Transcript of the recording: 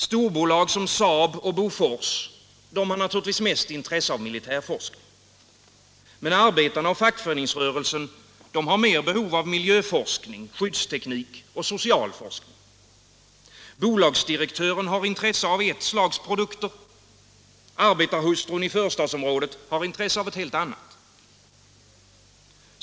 Storbolag Nr 84 som SAAB och Bofors har naturligtvis mest intresse av militärforskning, Torsdagen den men arbetarna och fackföreningsrörelsen har mer behov av miljöforsk 10 mars 1977 ning, skyddsteknik och social forskning. Bolagsdirektören har intresse av ett slags produkter. Arbetarhustrun i förstadsområdet har intresse av = Forskningsrådsett helt annat.